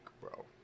bro